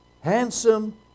handsome